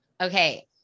Okay